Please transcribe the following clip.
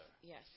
Yes